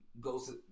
goes